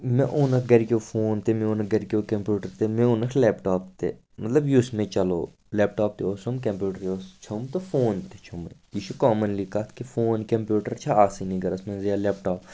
مےٚ اوٚنُکھ گَرِکٮ۪و فون تہِ مےٚ اوٚنُکھ گَرِکٮ۪و کَمپیٛوٗٹَر تہٕ مےٚ اوٚنُکھ لیپ ٹاپ تہِ مطلب یُس مےٚ چَلو لیپ ٹاپ تہِ اوسُم کَمپیوٗٹَر تہِ چھُم تہٕ فون تہِ چھُمے یہِ چھُ کامَنلی کَتھ کہِ فون کَمپیوٗٹَر چھ آسانٕے گَرَس منٛز یا لیپ ٹاپ